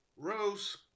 Rose